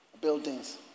buildings